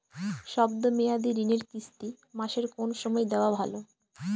শব্দ মেয়াদি ঋণের কিস্তি মাসের কোন সময় দেওয়া ভালো?